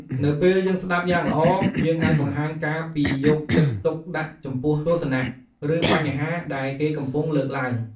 នៅពេលយើងស្តាប់យ៉ាងល្អ យើងអាចបង្ហាញការពីយកចិត្តទុកដាក់ចំពោះទស្សនៈ ឬបញ្ហាដែលគេកំពុងលើកឡើង។